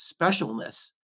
specialness